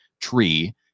Tree